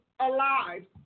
Alive